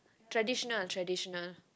traditional traditional